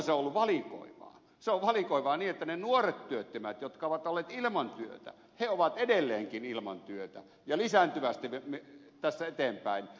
se on ollut valikoivaa niin että ne nuoret työttömät jotka ovat olleet ilman työtä ovat edelleenkin ilman työtä ja lisääntyvästi tästä eteenpäin